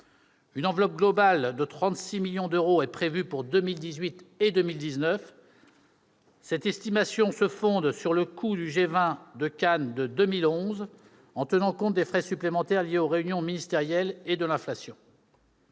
Une enveloppe globale de 36 millions d'euros est prévue pour 2018 et 2019. Cette estimation se fonde sur le coût du G20 de Cannes de 2011, en tenant compte des frais supplémentaires liés aux réunions ministérielles et de l'inflation.